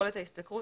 יכולת ההשתכרות,